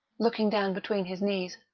looking down between his knees,